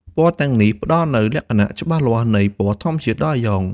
ពណ៌ទាំងនេះផ្តល់នូវលក្ខណៈច្បាស់លាស់នៃពណ៌ធម្មជាតិដល់អាយ៉ង។